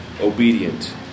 obedient